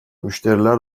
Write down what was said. müşteriler